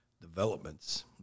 developments